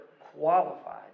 qualified